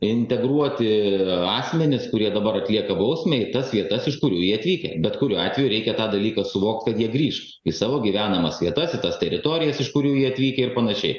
integruoti asmenis kurie dabar atlieka bausmę į tas vietas iš kurių jie atvykę bet kuriuo atveju reikia tą dalyką suvokt kad jie grįš į savo gyvenamas vietas į tas teritorijas iš kurių jie atvykę ir panašiai